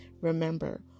Remember